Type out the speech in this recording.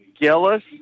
Gillis